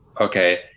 Okay